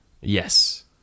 Yes